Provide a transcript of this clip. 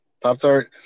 pop-tart